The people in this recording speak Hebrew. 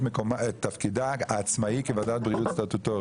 תפקידה העצמאי כוועדת בריאות סטטוטורית.